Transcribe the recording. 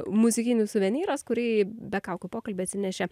muzikinis suvenyras kurį be kaukių į pokalbį atsinešė